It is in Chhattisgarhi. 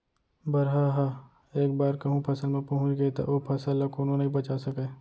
बरहा ह एक बार कहूँ फसल म पहुंच गे त ओ फसल ल कोनो नइ बचा सकय